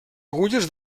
agulles